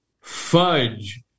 fudge